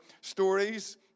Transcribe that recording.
stories